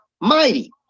mighty